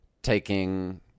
Taking